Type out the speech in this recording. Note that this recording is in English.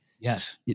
Yes